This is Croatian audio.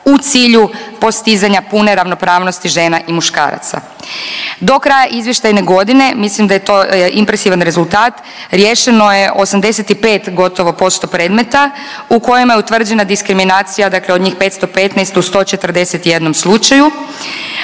u cilju postizanja pune ravnopravnosti žena i muškaraca. Do kraja izvještaje godine mislim da je to impresivan rezultat riješeno je 85 gotovo posto predmeta u kojima je utvrđena diskriminacija dakle, od njih 115 u 141 slučaju.